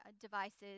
devices